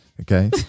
Okay